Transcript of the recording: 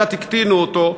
קצת הקטינו אותו,